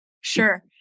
Sure